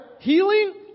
Healing